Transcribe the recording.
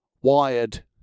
wired